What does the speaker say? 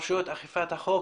רשויות אכיפת החוק,